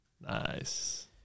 Nice